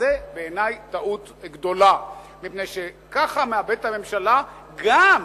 זאת בעיני טעות גדולה, מפני שככה מאבדת הממשלה גם,